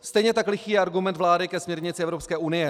Stejně tak lichý je argument vlády ke směrnici Evropské unie.